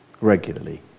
Regularly